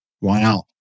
Wow